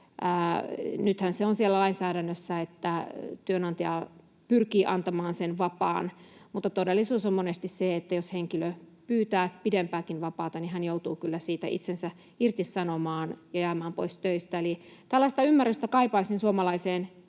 Nythän se on siellä lainsäädännössä, että työnantaja pyrkii antamaan sen vapaan, mutta todellisuus on monesti se, että jos henkilö pyytää pidempääkin vapaata, niin hän joutuu kyllä itsensä irtisanomaan ja jäämään pois töistä. Eli tällaista ymmärrystä kaipaisin suomalaiseen